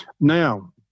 Now